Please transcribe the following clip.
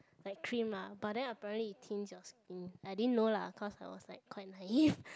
like cream lah but then apparently it thins your skin I didn't know lah cause I was like quite naive